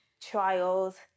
trials